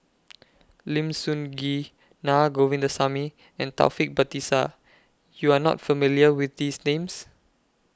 Lim Sun Gee Naa Govindasamy and Taufik Batisah YOU Are not familiar with These Names